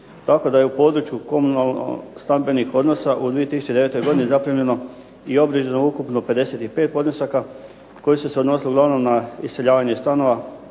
tako da je u području komunalno stambenih odnosa u 2009. godini zaprimljeno i …/Ne razumije se./… ukupno 55 podnesaka koji su se odnosili uglavnom na iseljavanje iz stanova,